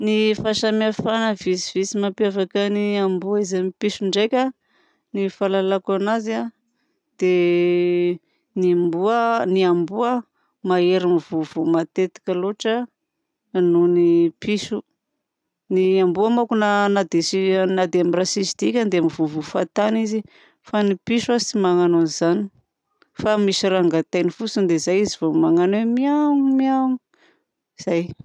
Ny fahasamihafana vitsivitsy mampiavaka ny amboa izy amin'ny piso ndraika ny fahalalako anazy: ny amboa mahery mivovoa matetika loatra noho ny piso, ny amboa manko na dia amin'ny raha tsisy dikany dia mivovoa fahatany izy fa ny piso tsy magnano an'izany fa misy raha angatahiny fotsiny dia zay izy vao magnano oe miaouh miaouh.